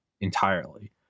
entirely